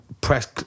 press